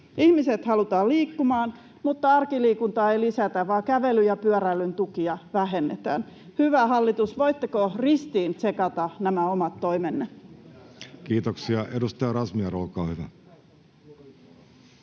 Ihmiset halutaan liikkumaan, mutta arkiliikuntaa ei lisätä, vaan kävelyn ja pyöräilyn tukia vähennetään. Hyvä hallitus, voitteko ristiintsekata nämä omat toimenne? Kiitoksia. — Edustaja Razmyar, olkaa hyvä.